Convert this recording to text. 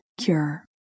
cure